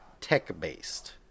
tech-based